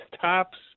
tops